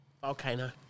Volcano